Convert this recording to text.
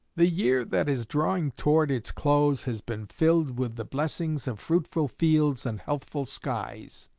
the year that is drawing toward its close has been filled with the blessings of fruitful fields and healthful skies.